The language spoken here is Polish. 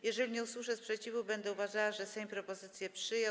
Jeżeli nie usłyszę sprzeciwu, będę uważała, że Sejm propozycje przyjął.